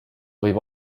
võib